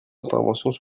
interventions